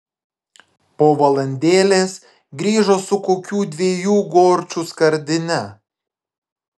po valandėlės grįžo su kokių dviejų gorčių skardine